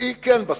היא כן בסיפור.